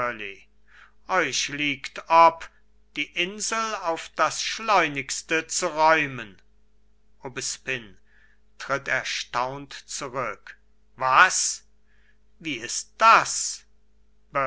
euch liegt ob die insel auf das schleunigste zu räumen aubespine tritt erstaunt zurück was wie ist das